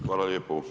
Hvala lijepo.